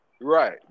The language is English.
Right